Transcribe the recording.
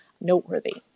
noteworthy